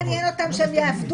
לא מעניין אותם שיעבדו,